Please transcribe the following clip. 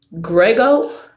Grego